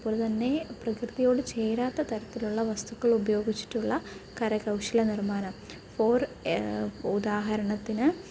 അതുപോലെ തന്നെ പ്രകൃതിയോട് ചേരാത്ത തരത്തിലുള്ള വസ്തുക്കള് ഉപയോഗിച്ചിട്ടുള്ള കരകൗശല നിര്മാണം ഫോര് ഉദാഹരണത്തിന്